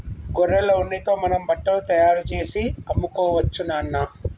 గొర్రెల ఉన్నితో మనం బట్టలు తయారుచేసి అమ్ముకోవచ్చు నాన్న